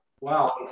Wow